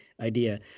idea